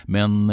Men